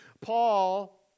Paul